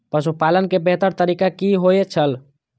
पशुपालन के बेहतर तरीका की होय छल?